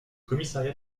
commissariat